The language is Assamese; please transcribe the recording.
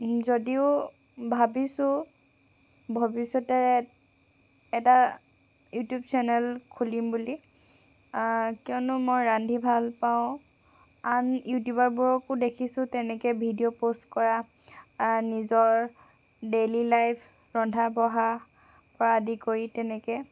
যদিও ভাবিছোঁ ভৱিষ্যতে এটা ইউটিউব চেনেল খুলিম বুলি কিয়নো মই ৰান্ধি ভালপাওঁ আন ইউটিউবাৰবোৰকো দেখিছোঁ তেনেকৈ ভিডিঅ' প'ষ্ট কৰা নিজৰ ডেইলী লাইফ ৰন্ধা বঢ়াৰপৰা আদি কৰি তেনেকৈ